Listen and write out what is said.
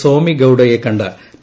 സ്വാമി ഗൌഡയെ കണ്ട് ടി